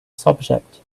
subject